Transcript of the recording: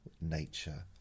Nature